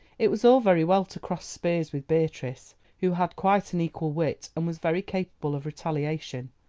it was all very well to cross spears with beatrice, who had quite an equal wit, and was very capable of retaliation,